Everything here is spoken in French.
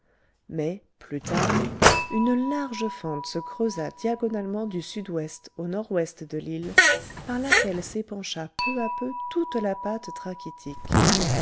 mais plus tard une large fente se creusa diagonalement du sud-ouest au nord-ouest de l'île par laquelle s'épancha peu à peu toute la pâte